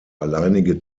alleinige